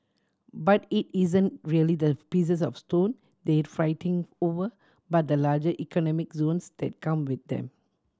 but it isn't really the pieces of stone they fighting over but the larger economic zones that come with them